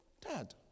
Dad